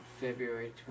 February